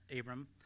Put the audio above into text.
Abram